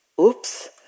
oops